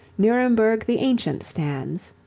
nuremberg the ancient stands.